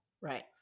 Right